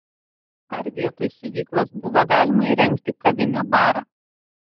ar vietoj siuvyklos buvo galima įrengti kavinę barą